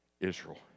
Israel